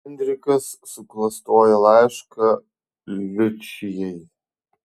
enrikas suklastoja laišką liučijai